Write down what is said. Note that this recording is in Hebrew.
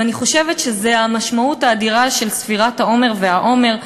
אני חושבת שזו המשמעות האדירה של ספירת העומר והעומר,